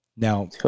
Now